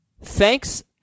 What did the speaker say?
Thanks